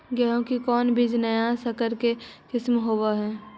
गेहू की कोन बीज नया सकर के किस्म होब हय?